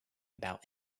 about